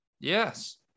Yes